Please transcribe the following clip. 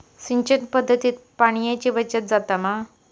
सिंचन पध्दतीत पाणयाची बचत जाता मा?